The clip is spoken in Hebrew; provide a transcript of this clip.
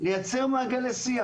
לייצר מעגלי שיח.